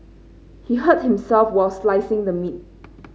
he hurt himself while slicing the meat